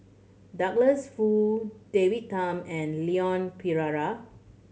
Douglas Foo David Tham and Leon Perera